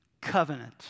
Covenant